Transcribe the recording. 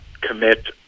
commit